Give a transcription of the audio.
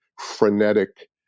frenetic